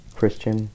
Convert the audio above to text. Christian